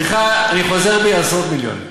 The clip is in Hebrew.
סליחה, אני חוזר בי, עשרות מיליונים.